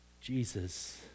Jesus